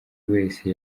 wese